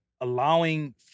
allowing